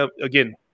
again